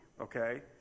okay